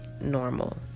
normal